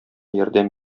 ярдәм